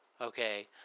Okay